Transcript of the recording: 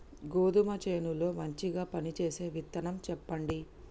గోధుమ చేను లో మంచిగా పనిచేసే విత్తనం చెప్పండి?